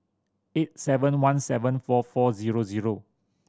eight seven one seven four four zero zero